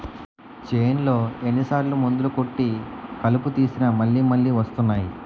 చేన్లో ఎన్ని సార్లు మందులు కొట్టి కలుపు తీసినా మళ్ళి మళ్ళి వస్తున్నాయి